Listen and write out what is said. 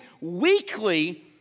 weekly